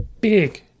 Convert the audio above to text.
Big